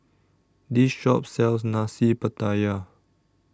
This Shop sells Nasi Pattaya